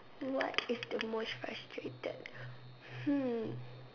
what is the most frustrated hmm